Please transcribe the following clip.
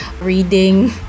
reading